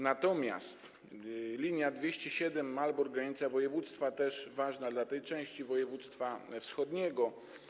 Natomiast linia nr 207 Malbork - granica województwa też jest ważna dla tej części województwa wschodniego.